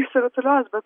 išsirutulios bet